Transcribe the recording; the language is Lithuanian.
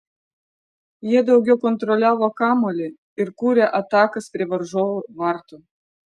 jie daugiau kontroliavo kamuolį ir kūrė atakas prie varžovų vartų